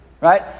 right